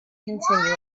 continue